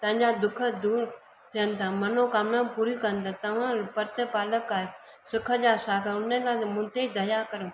तंहिंजा दुखु दूरि थियनि था मनोकामिना पूरियूं कनि था तव्हां पर्ते पालक आहियो सुख जा सागर उनखां मूं ते दया करो